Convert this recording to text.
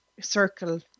circle